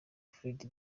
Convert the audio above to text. fred